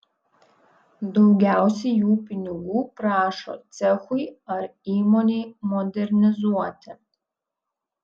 daugiausiai jų pinigų prašo cechui ar įmonei modernizuoti